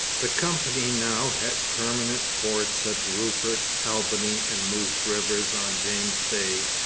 the company now had permanent forts at rupert, albany, and moose rivers on james bay,